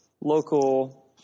local